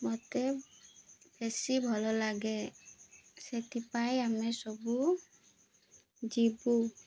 ମତେ ବେଶୀ ଭଲ ଲାଗେ ସେଥିପାଇଁ ଆମେ ସବୁ ଯିବୁ